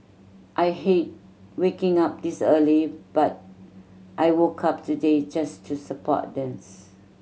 I hate waking up this early but I woke up today just to support this